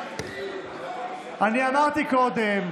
אני אמרתי קודם.